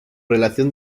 relación